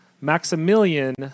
Maximilian